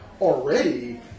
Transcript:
already